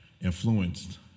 influenced